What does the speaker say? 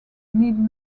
need